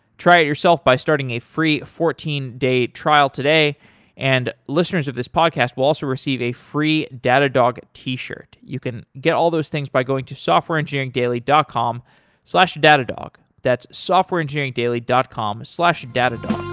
try it yourself by starting a free fourteen day trial today and listeners of this podcast will also receive a free datadog t-shirt. you can get all those things by going to softwareengineering daily dot com datadog. that's softwareengineering daily dot com slash datadog.